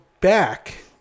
back